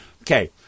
Okay